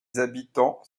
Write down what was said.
habitants